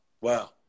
Wow